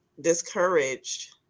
discouraged